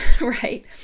right